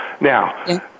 Now